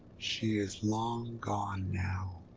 she is long gone now.